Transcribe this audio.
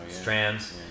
strands